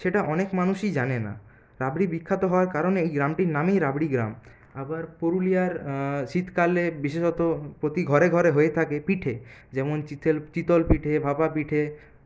সেটা অনেক মানুষই জানে না রাবড়ি বিখ্যাত হওয়ায় কারণে এই গ্রামটির নামই রাবড়ি গ্রাম আবার পুরুলিয়ার শীতকালে বিশেষত প্রতি ঘরে ঘরে হয়ে থাকে পিঠে যেমন চিতাল চিতল পিঠে ভাপা পিঠে